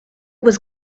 was